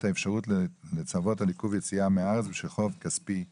האפשרות לצוות על עיכוב יציאה מהארץ בשל חוב כספי נמוך),